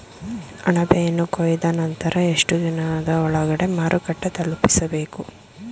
ಅಣಬೆಯನ್ನು ಕೊಯ್ದ ನಂತರ ಎಷ್ಟುದಿನದ ಒಳಗಡೆ ಮಾರುಕಟ್ಟೆ ತಲುಪಿಸಬೇಕು?